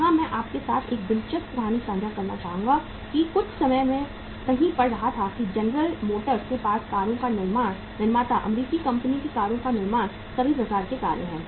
यहां मैं आपके साथ एक दिलचस्प कहानी साझा करना चाहूंगा कि कुछ समय मैं कहीं पढ़ रहा था कि जनरल मोटर्स के पास कारों का निर्माता अमेरिकी कंपनी की कारों का निर्माण सभी प्रकार की कारें हैं